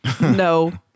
No